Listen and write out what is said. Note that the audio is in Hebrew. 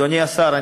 אדוני השר,